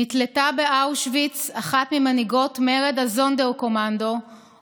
נתלתה באושוויץ אחת ממנהיגות מרד הזונדרקומנדו,